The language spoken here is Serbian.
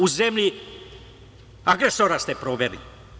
U zemlji agresora ste proveli.